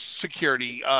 security